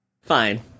Fine